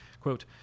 Quote